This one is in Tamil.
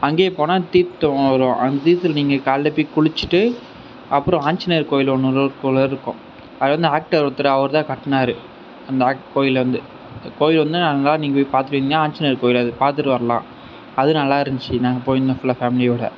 அங்கேயும் போனால் தீர்த்தம் வரும் அங்கே போய் நீங்கள் காலைல போய் குளிச்சிட்டு அப்புறம் ஆஞ்நேயர் கோயில் ஒன்று இருக்கும் அதாவது இந்த ஆக்டர் ஒருத்தர் அவர் தான் கட்டினார் அந்த கோயிலேருந்து நீங்கள் போய் பார்த்துட்டு வந்தீங்னா ஆஞ்நேயர் கோயிலு அது பாத்துட்டு வர்லான் அதும் நல்லாயிருந்துச்சி நாங்க போய் ஃபுல்லா எங்க ஃபேமிலியோட